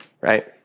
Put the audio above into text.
right